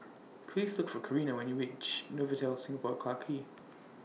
Please Look For Corinna when YOU REACH Novotel Singapore Clarke Quay